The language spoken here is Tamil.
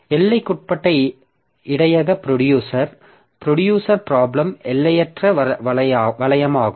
எல்லைக்குட்பட்ட இடையக ப்ரொடியூசர் ப்ரொடியூசர் ப்ராபிளம் எல்லையற்ற வளையமாகும்